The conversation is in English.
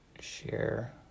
share